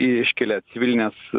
iškelia civilinės